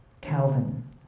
Calvin